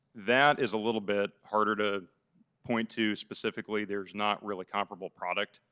that is a little bit harder to point to specifically. there's not really comparable product.